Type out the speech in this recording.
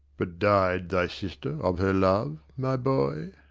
but died thy sister of her love, my boy?